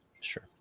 Sure